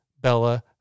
Bella